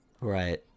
Right